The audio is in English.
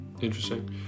Interesting